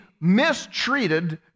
mistreated